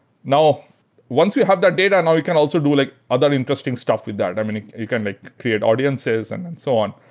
now once we have that data, now we can also do like other interesting stuff with that. i mean, you can like create audiences and then so on,